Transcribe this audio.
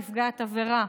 נפגעת עבירה,